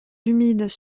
humides